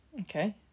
Okay